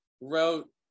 wrote